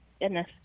goodness